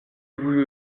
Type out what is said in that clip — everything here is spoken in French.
vous